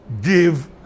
give